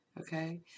Okay